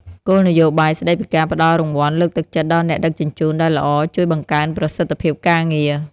គោលនយោបាយស្ដីពីការផ្ដល់រង្វាន់លើកទឹកចិត្តដល់អ្នកដឹកជញ្ជូនដែលល្អជួយបង្កើនប្រសិទ្ធភាពការងារ។